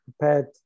prepared